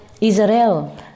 Israel